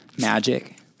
magic